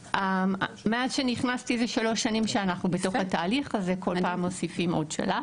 מאז שנכנסתי זה כשלוש שנים שאנחנו בתהליך וכל פעם מוסיפים עוד שלב,